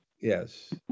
Yes